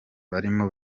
barimo